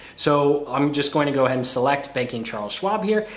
so, i'm just going to go ahead and select banking charles schwab here,